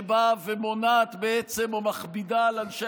שבאה ומונעת בעצם או מכבידה על אנשי